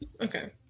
Okay